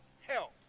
help